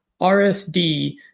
RSD